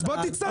אתה תתבייש.